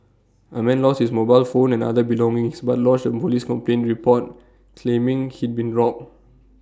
A man lost his mobile phone and other belongings but lodged A Police complain report claiming he'd been robbed